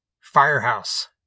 Firehouse